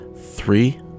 three